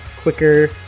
quicker